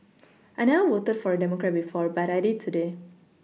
I never voted for a Democrat before but I did today